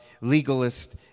legalist